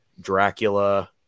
Dracula